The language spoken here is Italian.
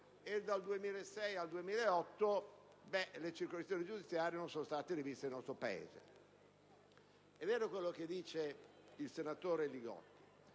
e dal 2006 al 2008, le circoscrizioni giudiziarie non sono state riviste nel nostro Paese. È vero quanto dice il senatore Li Gotti: